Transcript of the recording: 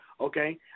okay